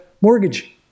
mortgage